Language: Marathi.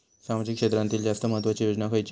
सामाजिक क्षेत्रांतील जास्त महत्त्वाची योजना खयची?